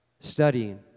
studying